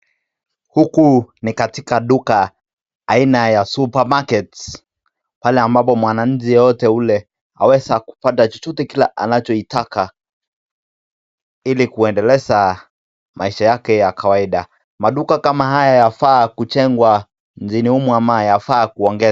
Huku ni katika duka aina ya supermarket pale ambapo mwananchi yeyote yule aweza kupata chochote kile anachoitaka ili kuendeleza maisha yake ya kawaida, maduka kama haya yafaa kujengwa nchini humu ama yafaa kuongezwa.